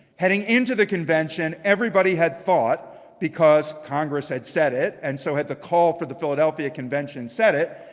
heading into the convention everybody had thought, because congress had said it and so had the call for the philadelphia convention said it,